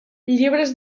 llibres